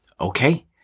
Okay